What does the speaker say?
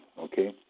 okay